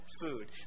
food